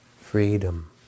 freedom